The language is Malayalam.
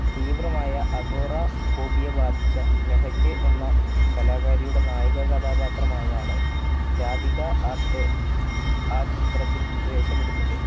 തീവ്രമായ അഗോറാഫോബിയ ബാധിച്ച മെഹക്ക് എന്ന കലാകാരിയുടെ നായികാകഥാപാത്രമായാണ് രാധിക ആപ്തെ ആ ചിത്രത്തിൽ വേഷമിടുന്നത്